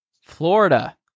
Florida